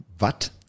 watt